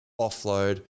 offload